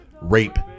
rape